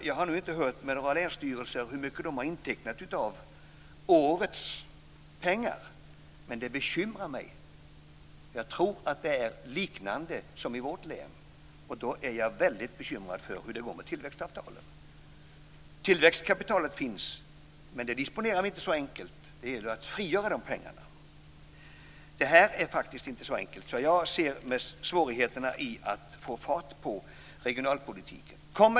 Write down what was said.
Jag har nu inte hört med några andra länsstyrelser hur mycket de har intecknat av årets pengar, men det bekymrar mig. Jag tror att det är ungefär likadant som i vårt län, och då är jag väldigt bekymrad för hur det går med tillväxtavtalen. Tillväxtkapitalet finns, men det disponerar vi inte så enkelt. Det gäller att frigöra de pengarna. Det här är faktiskt inte så enkelt, så jag ser svårigheterna i att få fart på regionalpolitiken.